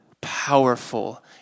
powerful